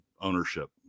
ownership